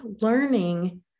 learning